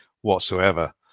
whatsoever